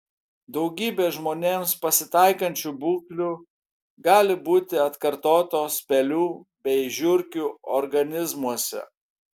daugybė žmonėms pasitaikančių būklių gali būti atkartotos pelių bei žiurkių organizmuose